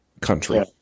country